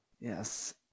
Yes